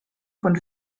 von